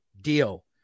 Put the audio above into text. deal